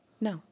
No